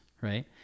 right